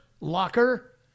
locker